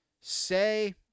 say